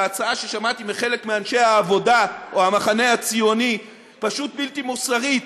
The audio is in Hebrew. ההצעה ששמעתי מחלק מאנשי העבודה או המחנה הציוני פשוט בלתי מוסרית: